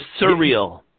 surreal